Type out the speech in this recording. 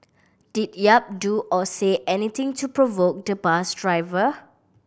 did Yap do or say anything to provoke the bus driver